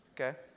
okay